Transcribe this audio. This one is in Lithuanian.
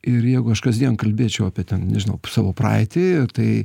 ir jeigu aš kasdien kalbėčiau apie ten nežinau savo praeitį tai